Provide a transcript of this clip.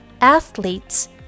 athletes